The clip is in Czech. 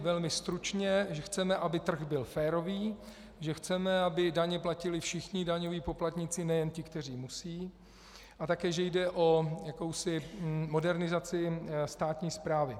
Velmi stručně že chceme, aby trh byl férový, že chceme, aby daně platili všichni daňoví poplatníci, nejen ti, kteří musí, a také že jde o jakousi modernizaci státní správy.